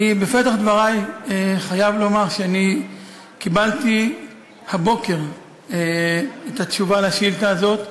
בפתח דברי אני חייב לומר שאני קיבלתי הבוקר את התשובה על השאילתה הזאת.